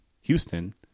Houston